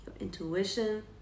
Intuition